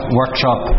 workshop